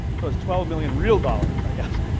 so it's twelve million real dollars i guess,